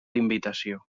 invitació